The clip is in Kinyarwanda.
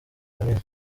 runini